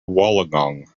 wollongong